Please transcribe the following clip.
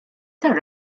tar